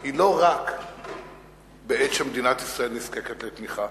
היא לא רק בעת שמדינת ישראל נזקקת לתמיכה,